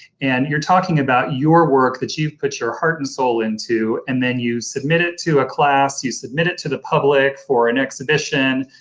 and you're talking about your work that you've put your heart and soul into and then you submit it to a class, you submit it to the public for an exhibition,